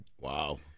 Wow